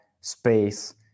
space